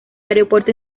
aeropuerto